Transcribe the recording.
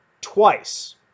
twice